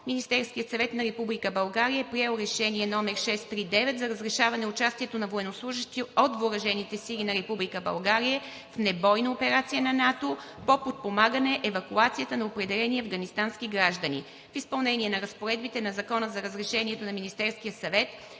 Министерският съвет на Република България е приел Решение № 639 за разрешаване участието на военнослужещи от въоръжените сили на Република България в небойна операция на НАТО по подпомагане на евакуацията на определени афганистански граждани. В изпълнение на разпоредбите на закона за разрешението на Министерския съвет